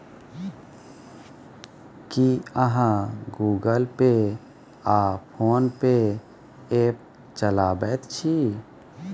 की अहाँ Google Pay आ PhonePe app चलाबैत छी?